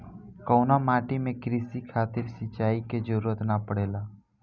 कउना माटी में क़ृषि खातिर सिंचाई क जरूरत ना पड़ेला?